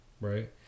Right